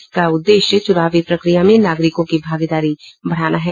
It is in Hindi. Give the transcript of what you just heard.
इसका उद्देश्य चुनावी प्रक्रिया में नागरिकों की भागीदारी बढ़ाना है